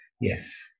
Yes